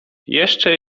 jeszcze